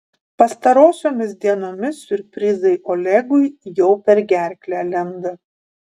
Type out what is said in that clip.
pastarosiomis dienomis siurprizai olegui jau per gerklę lenda